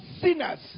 sinners